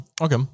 Okay